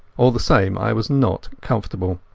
all the same i was not comfortable.